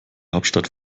hauptstadt